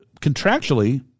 contractually